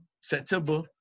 September